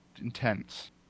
intense